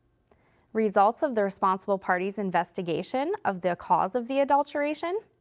results of the responsible party's investigation of the cause of the adulteration,